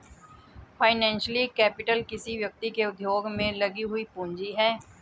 financial capital किसी व्यक्ति के उद्योग में लगी हुई पूंजी है